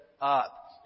up